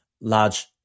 large